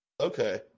Okay